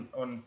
on